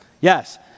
Yes